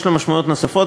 יש לו משמעויות נוספות,